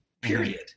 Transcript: Period